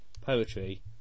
poetry